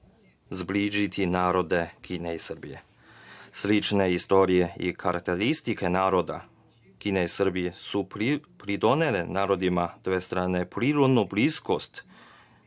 zbližiti narode Kine i Srbije. Slične istorije i karakteristike naroda Kine i Srbije su pridonele narodima dve strane prirodnu bliskost.